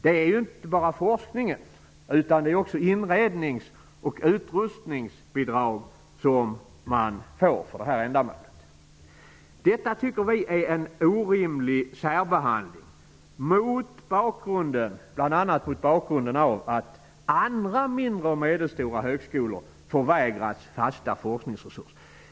Man får ju inte bara forskning utan också inredningsoch utrustningsbidrag för det här ändamålet. Vi tycker att detta är en orimlig särbehandling, bl.a. mot bakgrund av att andra mindre och medelstora högskolor har förvägrats fasta forskningsresurser.